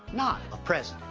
not a president.